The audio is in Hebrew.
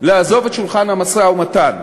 לעזוב את שולחן המשא-ומתן,